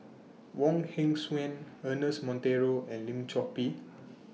Wong Hong Suen Ernest Monteiro and Lim Chor Pee